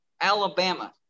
Alabama